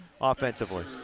offensively